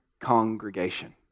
congregation